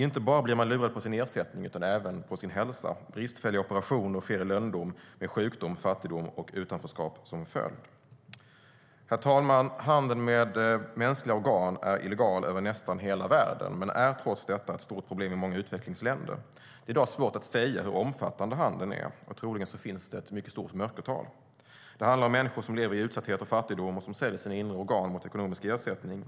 Man blir inte bara lurad på sin ersättning utan även på sin hälsa. Bristfälliga operationer sker i lönndom, med sjukdom, fattigdom och utanförskap som följd. Herr talman! Handeln med mänskliga organ är illegal över nästan hela världen men är trots detta ett stort problem i många utvecklingsländer. Det är i dag svårt att säga hur omfattande handeln är. Troligen finns det ett stort mörkertal. Det handlar om människor som lever i utsatthet och fattigdom och som säljer sina inre organ mot ekonomisk ersättning.